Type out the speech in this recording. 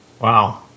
Wow